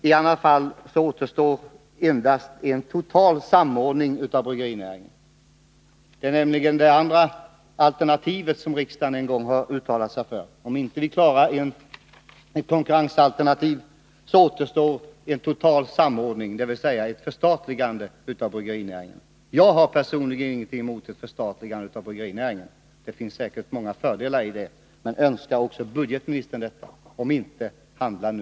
I annat fall återstår endast en total samordning av bryggerinäringen. Det är nämligen det andra alternativ som riksdagen uttalade sig för. Om vi inte klarar ett konkurrensalternativ, återstår en total samordning, dvs. ett förstatligande av bryggerinäringen. Jag har personligen ingenting emot ett sådant, för det finns säkert många fördelar med det. Men önskar också budgetministern detta? Om inte, handla nu!